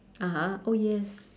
(uh huh) oh yes